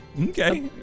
Okay